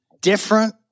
different